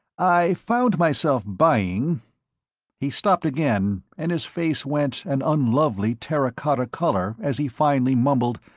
i found myself buying he stopped again and his face went an unlovely terra-cotta color as he finally mumbled,